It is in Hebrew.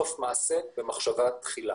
סוף מעשה במחשבה תחילה.